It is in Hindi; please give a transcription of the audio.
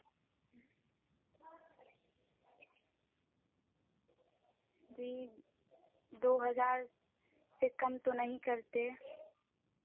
जी दो हज़ार से कम तो नहीं करते